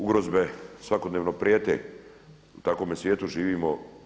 Ugrozbe svakodnevno prijete, u takvome svijetu živimo.